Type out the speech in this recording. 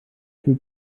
für